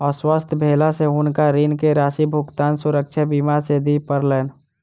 अस्वस्थ भेला से हुनका ऋण के राशि भुगतान सुरक्षा बीमा से दिय पड़लैन